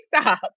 stop